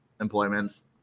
employments